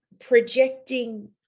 projecting